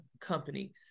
companies